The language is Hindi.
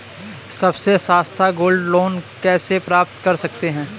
सबसे सस्ता गोल्ड लोंन कैसे प्राप्त कर सकते हैं?